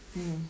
mm